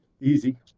Easy